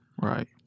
Right